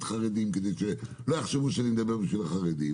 בציבור החרדי כדי שלא יחשבו שאני מדבר בשביל החרדים